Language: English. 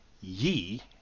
ye